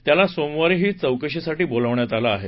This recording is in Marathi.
त्याला सोमवारीही चौकशीसाठी बोलविण्यात आलं आहे